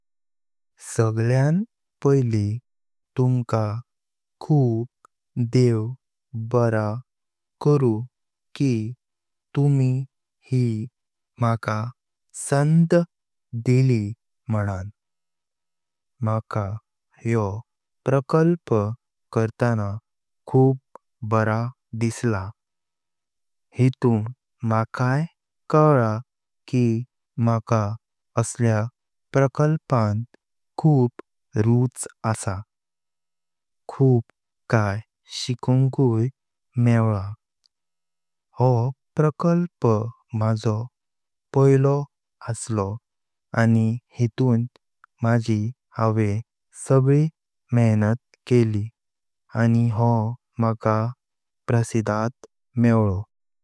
सगळ्यान पईली तुमका खूप देव बरा करु की तुमी ही मला संधी दिली म्हणण। म्हका ह्यो प्रकल्प करताना खूप बरा दिसला। हिदून म्हकां कळयलां की म्हाका अशल्या प्रकल्पां खूप रुच आसा आनी खूप काई शिकपाक मील्ला। हो प्रकल्प म्हजो पईलो आसलो आनी हिदून माझी सगळी मेहनत केली आनी हो म्हका प्रतिष्ठाद मील्लो।